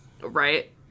Right